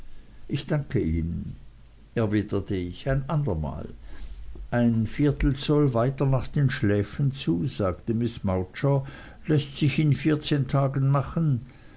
ich danke ihnen erwiderte ich ein andermal ein viertelzoll weiter nach den schläfen zu sagte miß mowcher läßt sich in vierzehn tagen machen